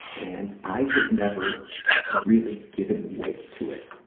and i had never really given weight to it.